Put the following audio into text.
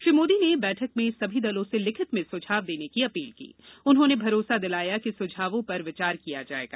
श्री मोदी ने बैठक में सभी दलों से लिखित में स्झाव देने की अपील की उन्होंने भरोसा दिलाया कि स्झावों पर विचार किया जाएगा